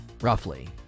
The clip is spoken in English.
roughly